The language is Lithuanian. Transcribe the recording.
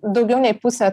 daugiau nei pusę